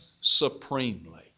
supremely